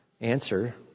Answer